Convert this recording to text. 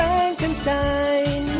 Frankenstein